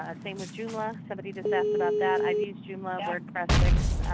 ah same with joomla. somebody just asked about that. i've used joomla, wordpress, wix.